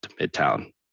midtown